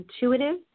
intuitive